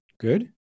Good